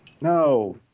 no